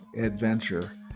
adventure